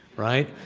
right?